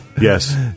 Yes